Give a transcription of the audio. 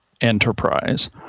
enterprise